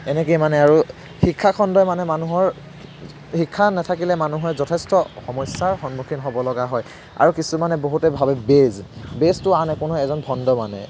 এনেকৈয়ে মানে আৰু শিক্ষাখণ্ডই মানে মানুহৰ শিক্ষা নাথাকিলে মানুহৰ যথেষ্ট সমস্যাৰ সন্মুখীন হ'ব লগা হয় আৰু কিছুমানে বহুতে ভাবে বেজ বেজটো আন একো নহয় এজন ভণ্ড মানে